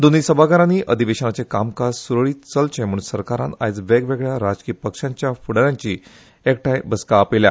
दोन्य सभागरानी अधिवेशनाचे कामकाज स्रळित चलचे म्हुण सरकारान आयज वेगवेगळ्या राजकीय पक्षाच्या फूडा याची आयज एकठाय बसका आपयल्या